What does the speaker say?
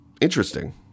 interesting